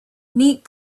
neat